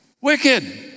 wicked